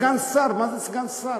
סגן שר, מה זה סגן שר?